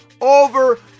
over